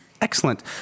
Excellent